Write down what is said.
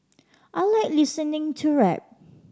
I like listening to rap